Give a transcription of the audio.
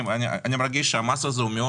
אני מרגיש שהמס הזה מאוד